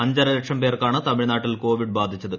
അഞ്ചരലക്ഷം പേർക്കാണ് തമിഴ്നാട്ടിൽ കോവിഡ് ബാധിച്ചത്